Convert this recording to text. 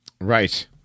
right